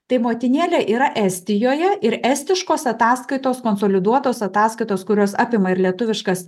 tai motinėlė yra estijoje ir estiškos ataskaitos konsoliduotos ataskaitos kurios apima ir lietuviškas